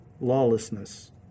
Lawlessness